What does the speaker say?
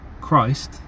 Christ